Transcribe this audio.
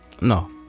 No